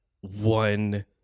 one